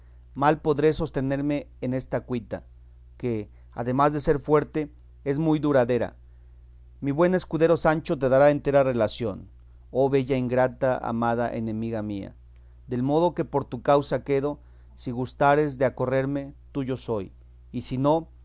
mal podré sostenerme en esta cuita que además de ser fuerte es muy duradera mi buen escudero sancho te dará entera relación oh bella ingrata amada enemiga mía del modo que por tu causa quedo si gustares de acorrerme tuyo soy y si no